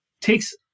takes